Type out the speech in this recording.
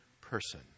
person